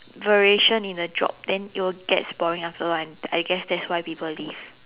variation in the job then it'll get boring after a while I guess that's why people leave